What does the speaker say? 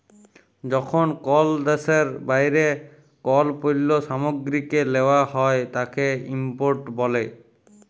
যখন কল দ্যাশের বাইরে কল পল্য সামগ্রীকে লেওয়া হ্যয় তাকে ইম্পোর্ট ব্যলে